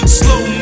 slow